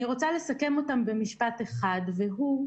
אני רוצה לסכם אותם במשפט אחד, והוא: